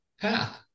path